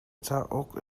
cauk